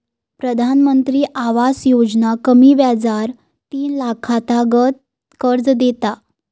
प्रधानमंत्री आवास योजना कमी व्याजार तीन लाखातागत कर्ज देता